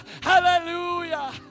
Hallelujah